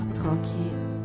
tranquille